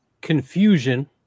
confusion